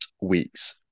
weeks